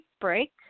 break